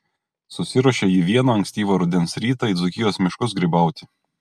susiruošė ji vieną ankstyvą rudens rytą į dzūkijos miškus grybauti